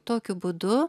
tokiu būdu